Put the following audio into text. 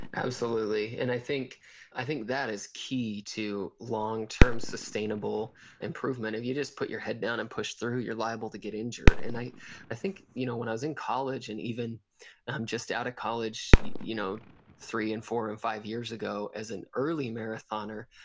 absolutely. and i think i think that is key to long-term, sustainable improvement. if you just put your head down and push through, you're liable to get injured. and i i think you know when i was in college and even um just out of college, you know three and four and five years ago as an early marathoner,